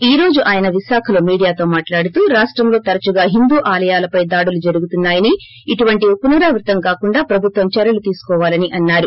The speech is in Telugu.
ఈ రోజు ఆయన విశాఖలో మీడియాతో మాట్లాడుతూ రాష్టంలో తరచుగా హిందూ ఆలయాలపై దాడులు జరుగుతున్నాయని ఇటువంటివీ పునరావృతం కాకుండా ప్రభుత్వం చర్యలు తీసుకోవాలని అన్నారు